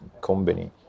company